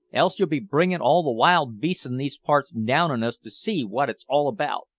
else you'll be bringin' all the wild beasts in these parts down on us to see wot it's all about.